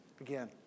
again